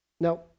Now